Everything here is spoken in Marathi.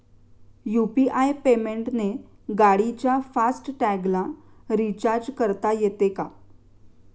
यु.पी.आय पेमेंटने गाडीच्या फास्ट टॅगला रिर्चाज करता येते का?